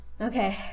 okay